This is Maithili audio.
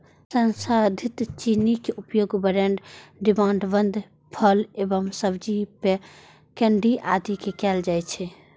संसाधित चीनी के उपयोग ब्रेड, डिब्बाबंद फल एवं सब्जी, पेय, केंडी आदि मे कैल जाइ छै